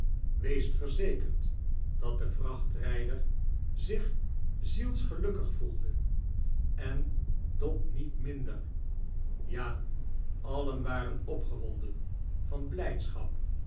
wees verzekerd dat de vrachtrijder zioh zielsgelukkig gevoelde en dot niet minder ja alien waren opgewonden van blijdschap